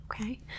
okay